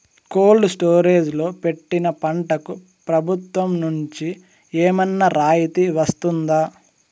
Cold storage లో పెట్టిన పంటకు ప్రభుత్వం నుంచి ఏమన్నా రాయితీ వస్తుందా?